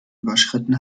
überschritten